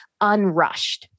unrushed